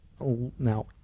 Now